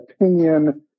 opinion